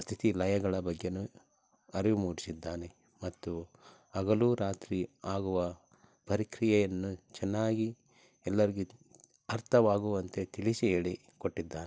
ಸ್ಥಿತಿ ಲಯಗಳ ಬಗ್ಗೆಯೂ ಅರಿವು ಮೂಡಿಸಿದ್ದಾನೆ ಮತ್ತು ಹಗಲು ರಾತ್ರಿ ಆಗುವ ಪ್ರಕ್ರಿಯೆಯನ್ನು ಚೆನ್ನಾಗಿ ಎಲ್ಲರ್ಗೂ ಅರ್ಥವಾಗುವಂತೆ ತಿಳಿಸಿ ಹೇಳಿಕೊಟ್ಟಿದ್ದಾನೆ